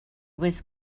was